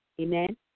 Amen